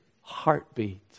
heartbeat